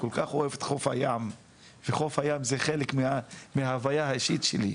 כל כך אוהב את חוף הים וחוף הים זה חלק מההוויה האישית שלי,